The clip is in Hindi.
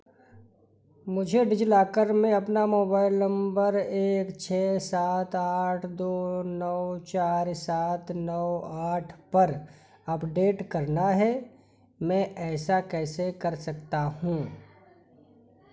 मुझे डिजिलॉकर में अपना मोबाइल नंबर एक छः सात आठ दो नौ चार सात नौ आठ पर अपडेट करना है मैं ऐसा कैसे कर सकता हूँ